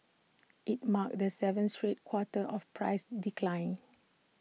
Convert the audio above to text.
IT marked the seventh straight quarter of price decline